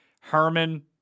Herman